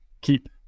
keep